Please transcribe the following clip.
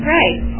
right